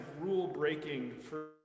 rule-breaking